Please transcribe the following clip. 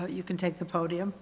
you can take the podium